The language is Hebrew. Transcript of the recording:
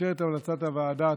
לאשר את המלצת הוועדה.